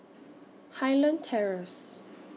Highland Terrace